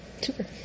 super